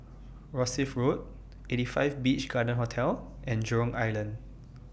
Rosyth Road eighty five Beach Garden Hotel and Jurong Island